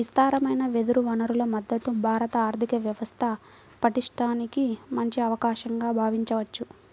విస్తారమైన వెదురు వనరుల మద్ధతు భారత ఆర్థిక వ్యవస్థ పటిష్టానికి మంచి అవకాశంగా భావించవచ్చు